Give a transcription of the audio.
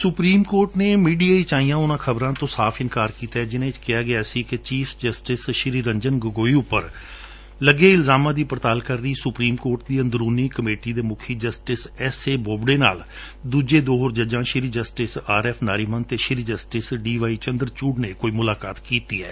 supreme Court ਨੇ media ਵਿੱਚ ਆਈਆਂ ਉਨਾਂ ਖਬਰਾਂ ਤੋ ਇਂਕਾਰ ਕੀਡੈ ਜਿਨ੍ਹਾਂ ਵਿੱਚ ਕਿਹਾ ਗਿਆ ਸੀ ਕਿ ਚੀਫ ਜਸਟਿਸ ਸ੍ਰੀ ਰੰਜਨ ਗਗੋਈ ਉਪਰ ਲੱਗੇ ਇਲਜਾਮਾਂ ਦੀ ਪੜਤਾਲ ਕਰ ਰਹੀ ਸੁਪਰੀਮ ਕੋਰਟ ਦੀ ਅਮਦਰੁਨੀ ਕਮੇਟੀ ਦੇ ਮੁਖੀ ਜਸਟਿਸ ਐਸਏ ਬੋਬਡੇ ਨਾਲ ਦੁਜੇ ਦੋ ਹੋਰ ਜੱਜਾਂ ਸ੍ਰੀ ਜਸਟਿਸ ਆਰਐਫ ਨਾਰਿਮੂਨ ਅਤੇ ਜਸਟਿਸ ਡੀਵਾਈ ਚੰਦਰਚੂੜੁ ਨੇ ਕੋਈ ਮੁਲਾਕਾਤ ਕੀਤੀ ਹੈ